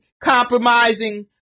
compromising